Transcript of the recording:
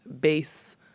base